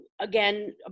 again